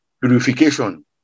purification